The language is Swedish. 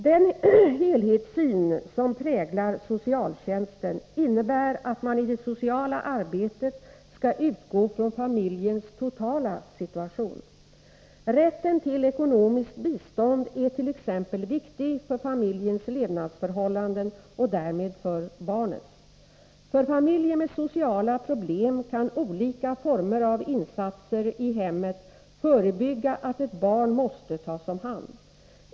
Den helhetssyn som präglar socialtjänsten innebär att man i det sociala arbetet skall utgå från familjens totala situation. Rätten till ekonomiskt bistånd är t. ex viktig för familjens levnadsförhållanden och därmed för barnets. För familjer med sociala problem kan olika former av insatser i hemmet förebygga att ett barn måste tas om hand.